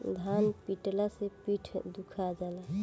धान पिटाला से पीठ दुखा जाला